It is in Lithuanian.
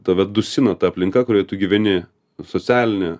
tave dusina ta aplinka kurioj tu gyveni socialinė